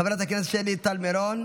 חברת הכנסת שלי טל מירון,